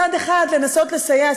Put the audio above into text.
מצד אחד לנסות לסייע,